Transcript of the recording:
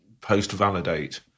post-validate